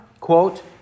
quote